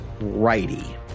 righty